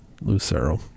Lucero